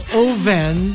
oven